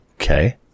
Okay